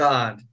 God